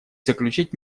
заключить